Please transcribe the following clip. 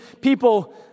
people